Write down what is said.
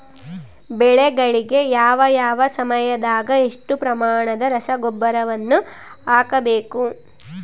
ಬೆಳೆಗಳಿಗೆ ಯಾವ ಯಾವ ಸಮಯದಾಗ ಎಷ್ಟು ಪ್ರಮಾಣದ ರಸಗೊಬ್ಬರವನ್ನು ಹಾಕಬೇಕು?